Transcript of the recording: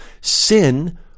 sin